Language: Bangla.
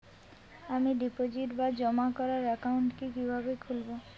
আমি ডিপোজিট বা জমা করার একাউন্ট কি কিভাবে খুলবো?